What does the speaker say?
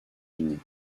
unis